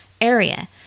area